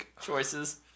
Choices